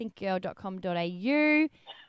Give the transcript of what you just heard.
Thinkgirl.com.au